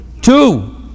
Two